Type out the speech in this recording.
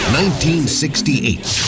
1968